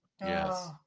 Yes